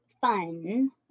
fun